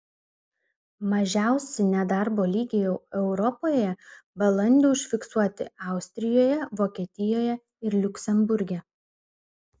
mažiausi nedarbo lygiai europoje balandį užfiksuoti austrijoje vokietijoje ir liuksemburge